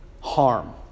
harm